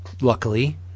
luckily